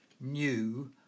New